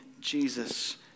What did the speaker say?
Jesus